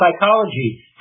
psychology